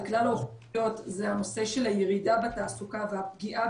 כלל האוכלוסיות זה הנושא של הירידה בתעסוקה והפגיעה